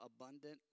abundant